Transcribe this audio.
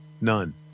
none